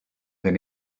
than